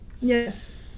Yes